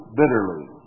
bitterly